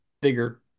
bigger